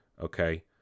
okay